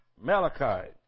Malachi